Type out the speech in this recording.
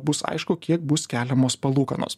bus aišku kiek bus keliamos palūkanos